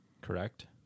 correct